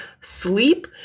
sleep